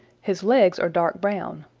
his legs are dark brown.